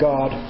God